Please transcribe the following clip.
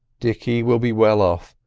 dicky will be well off,